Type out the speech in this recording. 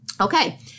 Okay